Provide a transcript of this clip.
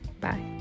Bye